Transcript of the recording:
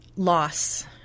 Loss